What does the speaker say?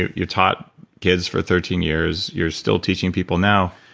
you taught kids for thirteen years, you're still teaching people now.